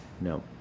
No